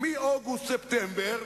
במעמדו כנציג הממשלה בכנסת, אדוני היושב-ראש,